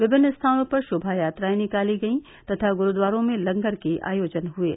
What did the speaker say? विमिन्न स्थानों पर शोभायात्रायें निकाली गयीं तथा गुरूद्वारों में लंगर के आयोजन हुये